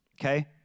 Okay